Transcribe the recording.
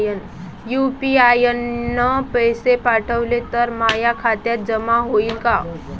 UPI न पैसे पाठवले, ते माया खात्यात जमा होईन का?